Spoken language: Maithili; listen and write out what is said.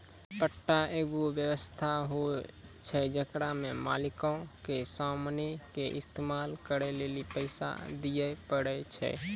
पट्टा एगो व्य्वस्था होय छै जेकरा मे मालिको के समानो के इस्तेमाल करै लेली पैसा दिये पड़ै छै